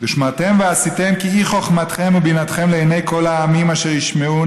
"ושמרתם ועשיתם כי היא חֹכמתכם ובינתכם לעיני כל העמים אשר ישמעון